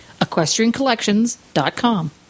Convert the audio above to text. EquestrianCollections.com